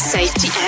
Safety